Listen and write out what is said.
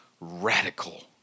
radical